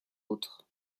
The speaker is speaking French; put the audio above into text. autres